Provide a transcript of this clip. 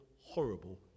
horrible